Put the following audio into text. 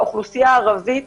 האוכלוסייה הערבית